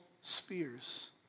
spheres